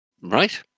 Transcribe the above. Right